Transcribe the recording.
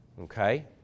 Okay